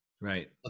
Right